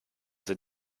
sind